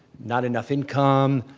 not enough income,